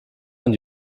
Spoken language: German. und